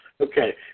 Okay